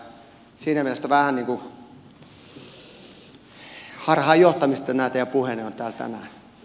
siinä mielessä vähän niin kuin harhaan johtamista nämä teidän puheenne ovat täällä tänään